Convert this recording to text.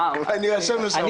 אני אשם, נשמה.